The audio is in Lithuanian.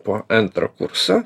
po antro kurso